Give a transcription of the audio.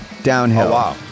Downhill